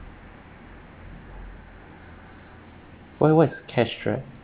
what what is cash dry